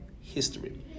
history